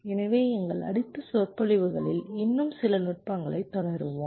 எனவே எங்கள் அடுத்த சொற்பொழிவுகளில் இன்னும் சில நுட்பங்களைத் தொடருவோம்